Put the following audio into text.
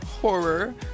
horror